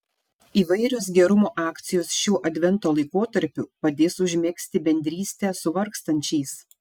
įvairios gerumo akcijos šiuo advento laikotarpiu padės užmegzti bendrystę su vargstančiais